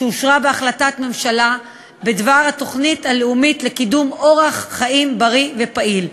שאושרה בהחלטת ממשלה בדבר התוכנית הלאומית לקידום אורח חיים בריא ופעיל.